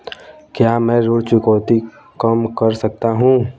क्या मैं ऋण चुकौती कम कर सकता हूँ?